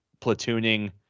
platooning